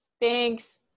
thanks